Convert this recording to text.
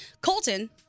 Colton